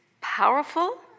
powerful